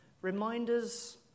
reminders